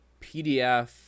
PDF